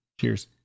Cheers